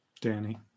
danny